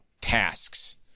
tasks